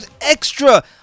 extra